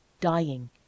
dying